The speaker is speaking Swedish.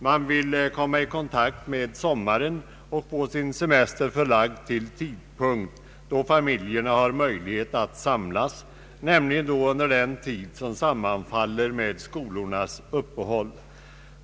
Man vill njuta av sommaren och få sin semester förlagd till en tidpunkt då familjen har möjlighet att samlas, d. v. s. under den tid skolorna har uppehåll.